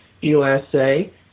USA